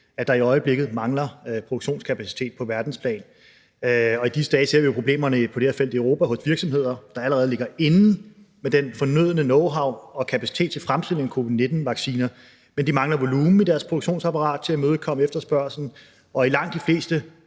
at der i øjeblikket mangler produktionskapacitet på verdensplan. Og i disse dage ser vi jo problemerne på det her felt i Europa hos virksomheder, der allerede ligger inde med den fornødne knowhow og kapacitet til fremstilling af covid-19-vacciner. Men de mangler volumen i deres produktionsapparat til at imødekomme efterspørgslen, og i langt de fleste